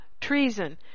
treason